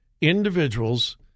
individuals